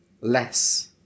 less